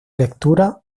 lectura